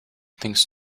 thinks